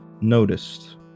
noticed